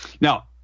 Now